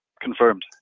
Confirmed